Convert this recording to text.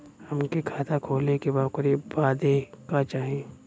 हमके खाता खोले के बा ओकरे बादे का चाही?